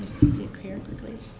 to see it here quickly.